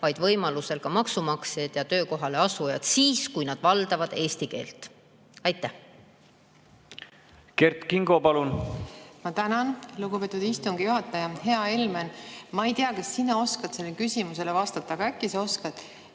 vaid võimaluse korral ka maksumaksjad ja töökohale asujad – siis, kui nad valdavad eesti keelt. Kert Kingo, palun! Kert Kingo, palun! Ma tänan, lugupeetud istungi juhataja! Hea Helmen! Ma ei tea, kas sina oskad sellele küsimusele vastata, aga äkki sa oskad.